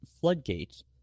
floodgates